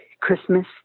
Christmas